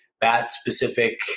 bat-specific